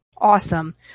Awesome